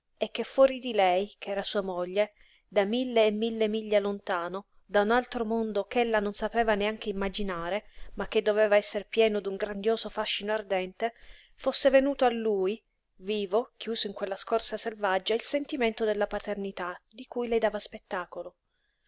e che fuori di lei ch'era sua moglie da mille e mille miglia lontano da un altro mondo ch'ella non sapeva neanche immaginare ma che doveva esser pieno d'un grandioso fascino ardente fosse venuto a lui vivo chiuso in quella scorza selvaggia il sentimento della paternità di cui le dava spettacolo